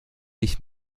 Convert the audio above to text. ich